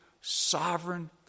sovereign